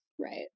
Right